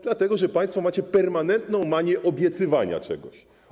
Dlatego że państwo macie permanentną manię obiecywania czegoś.